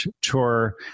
tour